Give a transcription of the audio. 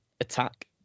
attack